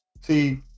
See